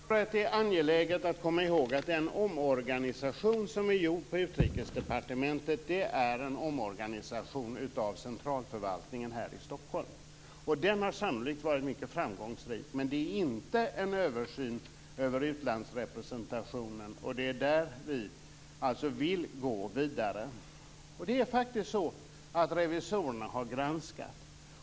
Herr talman! Jag tror att det är angeläget att komma ihåg att den omorganisation som är gjord på Utrikesdepartementet är en omorganisation av centralförvaltningen här i Stockholm. Den har sannolikt varit mycket framgångsrik. Men det är inte en översyn av utlandsrepresentationen, och det är där vi alltså vill gå vidare. Det är faktiskt så att revisorerna har granskat.